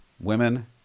women